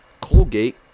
Colgate